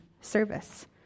service